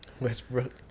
Westbrook